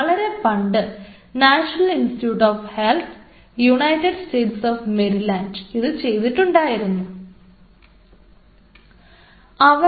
വളരെ പണ്ട് national institute of health united state of Maryland National Institute of Health United States at Maryland ഇത് ചെയ്യാറുണ്ടായിരുന്നു